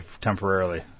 temporarily